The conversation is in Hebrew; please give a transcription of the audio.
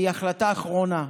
והיא החלטה אחרונה.